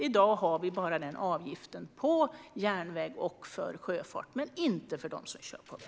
I dag har vi bara avgift på järnväg och för sjöfart men inte för dem som kör på väg.